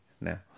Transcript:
now